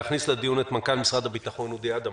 נכניס לדיון את מנכ"ל משרד הביטחון, אודי אדם.